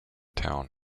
town